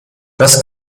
das